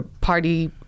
party